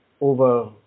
over